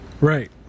right